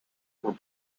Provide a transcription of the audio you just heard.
were